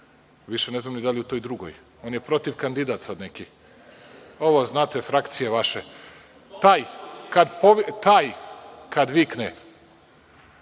Više ne znam ni da li je u toj drugoj. On je protiv kandidat sad neki. Ove znate frakcije vaše. Taj kad